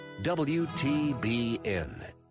WTBN